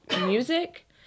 music